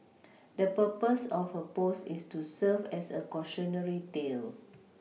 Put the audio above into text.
the purpose of her post is to serve as a cautionary tale